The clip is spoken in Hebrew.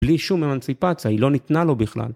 בלי שום אמנסיפציה, היא לא ניתנה לו בכלל.